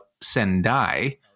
Sendai